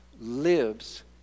lives